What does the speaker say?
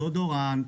דיאודורנט,